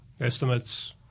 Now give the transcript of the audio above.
estimates